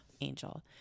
angel